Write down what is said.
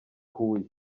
huye